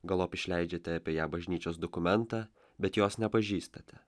galop išleidžiate apie ją bažnyčios dokumentą bet jos nepažįstate